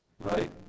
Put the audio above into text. right